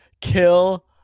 kill